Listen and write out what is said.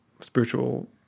spiritual